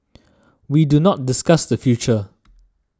we do not discuss the future